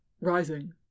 rising